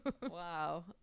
wow